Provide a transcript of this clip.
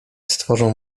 stworzą